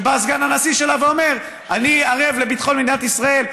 שבא סגן הנשיא שלה ואומר: אני ערב לביטחון מדינת ישראל,